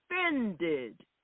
offended